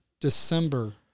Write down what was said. December